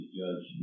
judge